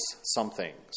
somethings